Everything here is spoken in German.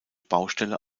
baustelle